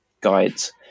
guides